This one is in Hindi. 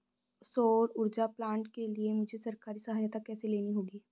सौर ऊर्जा प्लांट के लिए मुझे सरकारी सहायता कैसे लेनी होगी?